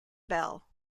bell